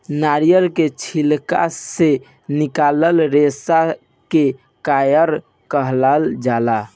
नारियल के छिलका से निकलाल रेसा के कायर कहाल जाला